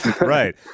right